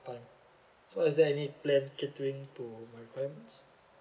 so is there any plan catering to my requirements